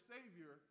Savior